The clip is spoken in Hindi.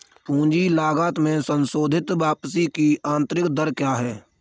पूंजी लागत में संशोधित वापसी की आंतरिक दर क्या है?